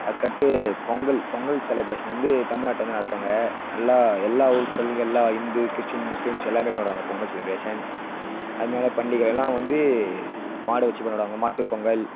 அதுக்கு அடுத்து பொங்கல் பொங்கல் செலப்ரேஷன் வந்து தமிழ்நாட்டில் வந்து நடத்துவாங்க நல்லா எல்லா ஊருக்கள்லேயும் எல்லா இந்து கிறிஸ்டின் முஸ்லிம்ஸ் எல்லாம் கொண்டாடுவாங்க பொங்கல் செலிப்ரேஷன் அது மாரிதான் பண்டிகையெல்லாம் வந்து மாடை வச்சு கொண்டாடுவாங்க மாட்டு பொங்கல்